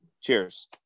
Cheers